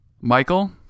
michael